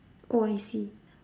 oh I see